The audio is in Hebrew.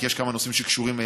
כי יש כמה נושאים שהוא מקדם,